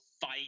fight